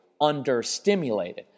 understimulated